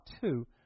two